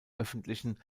öffentlichen